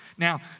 Now